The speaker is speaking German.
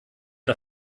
der